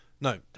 no